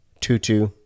tutu